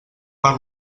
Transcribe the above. per